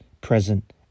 present